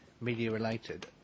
media-related